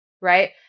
right